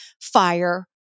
fire